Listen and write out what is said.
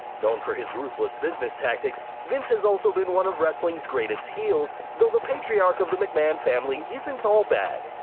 known for his ruthless business tactics, vince has also been one of wrestling's greatest heels, though the patriarch of the mcmahon family isn't all bad.